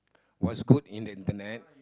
what's good in the internet